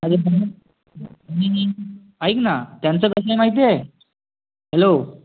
ऐक ना त्यांचं कसं आहे माहिती आहे हेलो